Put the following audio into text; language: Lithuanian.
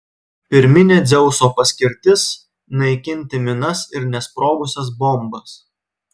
pirminė dzeuso paskirtis naikinti minas ir nesprogusias bombas